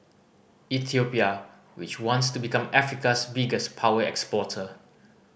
Ethiopia which wants to become Africa's biggest power exporter